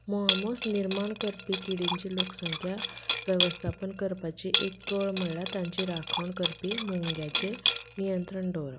म्होंवामूस निर्माण करपी किडींची लोकसंख्या वेवस्तापन करपाची एक कळ म्हणल्यार तांची राखण करपी मुग्यांचें नियंत्रण दवरप